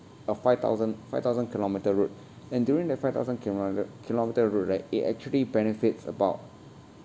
a five thousand five thousand kilometre route and during the five thousand kilomet~ kilometre route right it actually benefits about